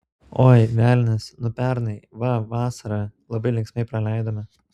oi velnias nu pernai va vasarą labai linksmai praleidome